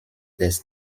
des